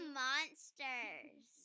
monsters